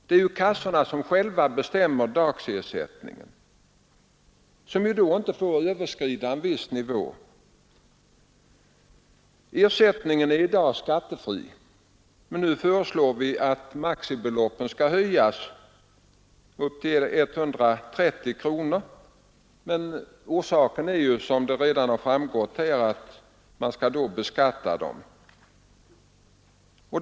Det är ju kassorna som själva bestämmer dagsersättningen, som då inte får överskrida viss nivå. Ersättningen är i dag skattefri. Nu föreslår vi att maximibeloppet skall höjas upp till 130 kronor, men det skall, som redan har framgått här, då beskattas.